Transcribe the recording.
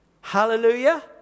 Hallelujah